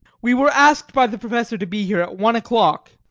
we were asked by the professor to be here at one o'clock.